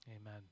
Amen